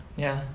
ya